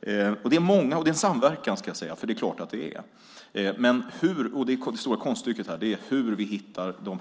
Det är en samverkan. Det stora konststycket är hur vi hittar de